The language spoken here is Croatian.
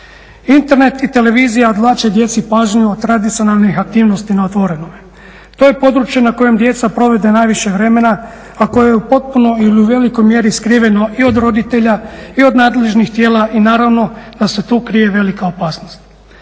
Internet i televizija odvlače djeci pažnju od tradicionalnih aktivnosti na otvorenome. To je područje na kojem djeca provedu najviše vremena, a koje je u potpuno ili u velikoj mjeri skriveno i od roditelja i od nadležnih tijela i naravno da se tu krije velika opasnost.